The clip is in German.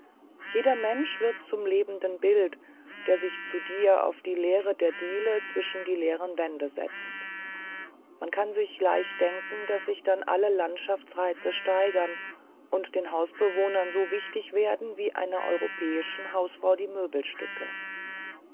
jeder mensch wird zum lebenden bild wenn er sich zu dir auf die leere der diele zwischen die leeren wände setzt man kann sich leicht denken daß sich dann alle landschaftsreize steigern und den hausbewohnern so wichtig werden wie einer europäischen hausfrau die möbelstücke